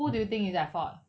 who do you think is at fault